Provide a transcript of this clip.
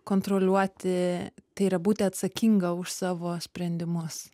kontroliuoti tai yra būti atsakinga už savo sprendimus